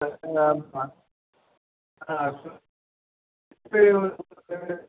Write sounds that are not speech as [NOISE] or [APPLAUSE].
[UNINTELLIGIBLE]